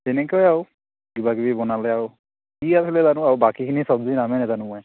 তেনেকৈ আৰু কিবাকিবি বনালে আৰু কি আছিলে জানো আৰু বাকীখিনি চব্জি নামেই নাজানো মই